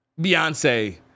Beyonce